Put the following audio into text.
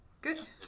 Good